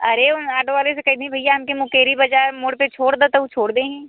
आरे auto वाले से कह दी भैइया हमके मुकेरि बाज़ार मोड़ परछोड़ दऊ तो ऊ छोड़ देई